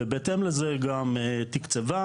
ובהתאם לזה גם תקצבה.